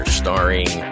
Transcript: starring